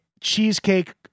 cheesecake